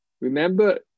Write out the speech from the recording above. Remember